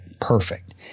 perfect